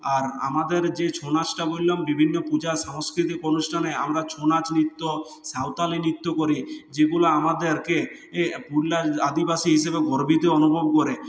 আর আমাদের যে ছৌ নাচটা বললাম বিভিন্ন পূজা সাংস্কৃতিক অনুষ্ঠানে আমরা ছৌ নাচ নৃত্য সাঁওতালি নৃত্য করি যেগুলো আমাদেরকে পুরুলিয়ার আদিবাসী হিসেবে গর্বিত অনুভব করে